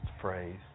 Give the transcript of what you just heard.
phrase